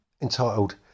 entitled